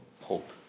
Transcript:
hope